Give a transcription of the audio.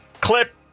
clip